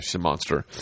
monster